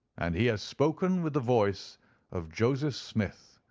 and he has spoken with the voice of joseph smith,